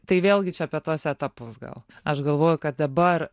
tai vėlgi čia apie tuos etapus gal aš galvoju kad dabar